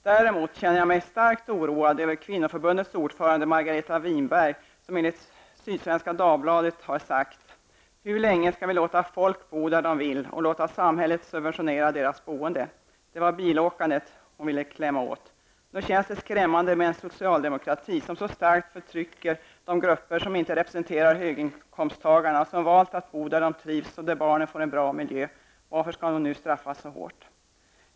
Däremot känner jag mig starkt oroad över Kvinnoförbundets ordförande Margareta ''Hur länge skall vi låta folk bo där de vill och låta samhället subventionera deras boende?'' Det var bilåkandet som hon ville klämma åt. Nog känns det skrämmande med en socialdemokrati som så starkt förtrycker de grupper som inte representerar höginkomsttagarna och som valt att bo där de trivs och där barnen har en bra miljö. Varför skall de nu straffas så hårt?